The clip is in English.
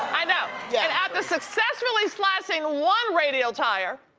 i know. yeah and after successfully slashing one radial tire,